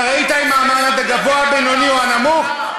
אתה ראית אם המעמד הגבוה, הבינוני או הנמוך?